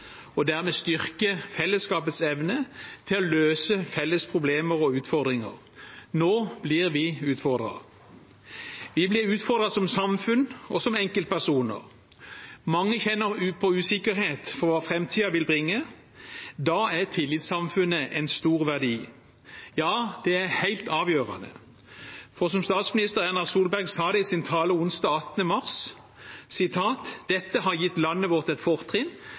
og dermed styrke fellesskapets evne til å løse felles problemer og utfordringer. Nå blir vi utfordret. Vi blir utfordret som samfunn og som enkeltpersoner. Mange kjenner på usikkerhet for hva framtiden vil bringe. Da er tillitssamfunnet en stor verdi – ja, det er helt avgjørende. For som statsminister Erna Solberg sa det i sin tale onsdag 18. mars: «Dette har gitt landet vårt et fortrinn